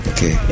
Okay